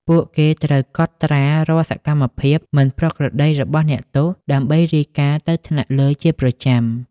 ពួកគេត្រូវកត់ត្រារាល់សកម្មភាពមិនប្រក្រតីរបស់អ្នកទោស ដើម្បីរាយការណ៍ទៅថ្នាក់លើជាប្រចាំ។